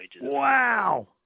Wow